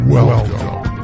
Welcome